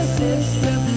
system